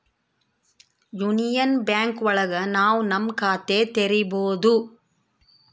union bank ಒಳಗ ನಾವ್ ನಮ್ ಖಾತೆ ತೆರಿಬೋದು